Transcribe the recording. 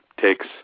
takes